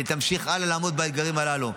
והיא תמשיך הלאה לעמוד באתגרים הללו.